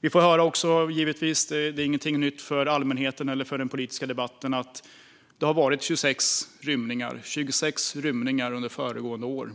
Vi får också höra - givetvis, det är inget nytt för allmänheten eller i den politiska debatten - att det har varit 26 rymningar under föregående år.